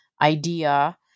idea